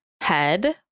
head